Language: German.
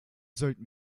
sollten